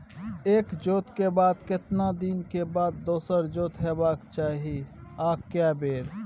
एक जोत के बाद केतना दिन के बाद दोसर जोत होबाक चाही आ के बेर?